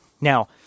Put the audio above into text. Now